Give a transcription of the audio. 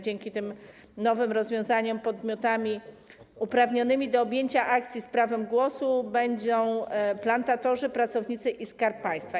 Dzięki tym nowym rozwiązaniom podmiotami uprawnionymi do objęcia akcji z prawem głosu będą plantatorzy, pracownicy i Skarb Państwa.